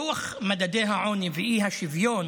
דוח מדדי העוני והאי-שוויון